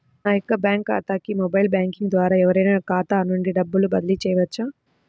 నా యొక్క బ్యాంక్ ఖాతాకి మొబైల్ బ్యాంకింగ్ ద్వారా ఎవరైనా ఖాతా నుండి డబ్బు బదిలీ చేయవచ్చా?